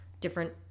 Different